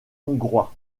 hongrois